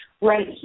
right